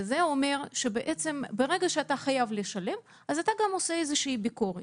כי בעצם ברגע שאתה חייב אתה גם עושה איזושהי ביקורת.